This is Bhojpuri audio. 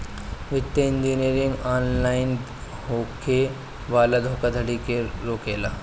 वित्तीय इंजीनियरिंग ऑनलाइन होखे वाला धोखाधड़ी के रोकेला